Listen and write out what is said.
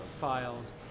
files